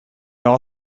all